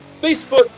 Facebook